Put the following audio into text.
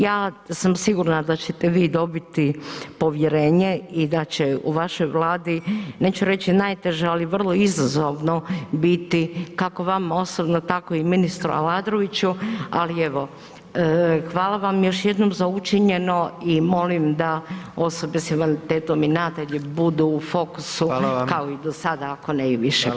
Ja sam sigurna da ćete vi dobiti povjerenje i da će u vašoj vladi, neću reći najteže, ali vrlo izazovno biti kako vama osobno tako i ministru Aladroviću, ali evo hvala vam još jednom za učinjeno i molim da osobe s invaliditetom i nadalje budu u fokusu [[Upadica: Hvala vam]] kao i do sada ako ne i više.